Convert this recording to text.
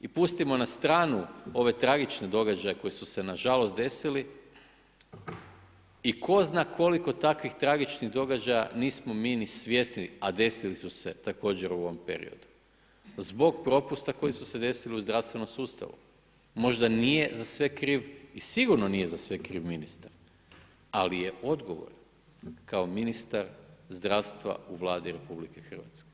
I pustimo na stranu ove tragične događaje koji su se nažalost desili, i tko zna koliko takvih tragičnih događaja nismo mi ni svjesni a desili su se također u ovom periodu zbog propusta koji su se desili u zdravstvenom sustavu, možda nije za sve kriv i sigurno nije za kriv ministar, ali je odgovoran kao ministar zdravstva u Vladi RH.